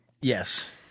Yes